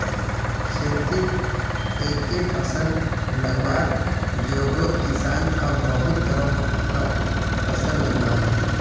खेतित एके फसल लगवार जोगोत किसान अब बहुत तरह कार फसल लगाहा